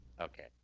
Okay